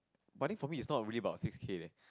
but I think for me is not really about six K leh